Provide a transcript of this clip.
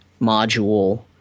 module